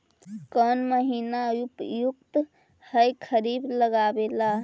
कौन महीना उपयुकत है खरिफ लगावे ला?